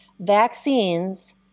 vaccines